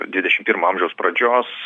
dvidešim pirmo amžiaus pradžios